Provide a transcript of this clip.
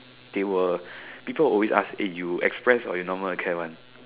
they were people will always ask eh you express or you normal acad [one]